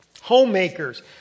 Homemakers